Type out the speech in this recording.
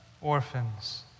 orphans